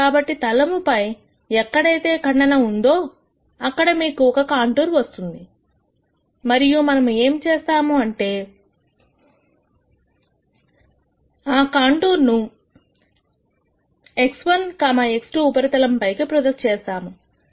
కాబట్టి తలము పై ఎక్కడైతే ఖండన ఉందో అక్కడ మీకు ఒక కాంటూర్ వస్తుంది మరియు మనము ఏమి చేస్తాము అంటే ఆ కాంటూర్ ను x1 x2 ఉపరితలంపైకి ప్రొజెక్ట్ చేస్తాము